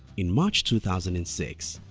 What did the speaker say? in march two thousand and six,